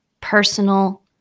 personal